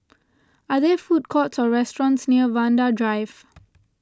are there food courts or restaurants near Vanda Drive